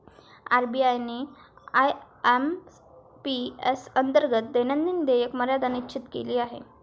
RBI ने IMPS अंतर्गत दैनंदिन देयक मर्यादा निश्चित केली आहे